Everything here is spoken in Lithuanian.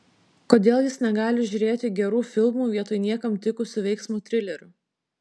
kodėl jis negali žiūrėti gerų filmų vietoj niekam tikusių veiksmo trilerių